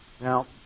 Now